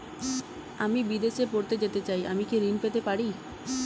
আমি বিদেশে পড়তে যেতে চাই আমি কি ঋণ পেতে পারি?